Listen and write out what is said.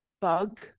bug